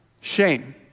Shame